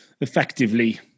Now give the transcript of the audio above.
effectively